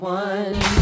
one